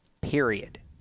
period